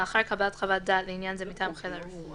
לאחר קבלת חוות דעת לעניין זה מטעם חיל הרפואה,